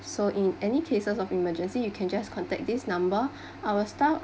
so in any cases of emergency you can just contact this number our staff